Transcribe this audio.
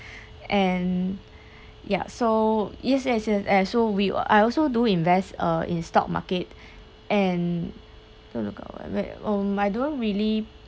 and ya so yes yes yes eh so we I also do invest uh in stock market and don't look at whatever um I don't really